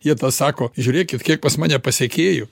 jie sako žiūrėkit kiek pas mane pasekėjų